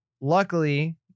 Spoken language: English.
luckily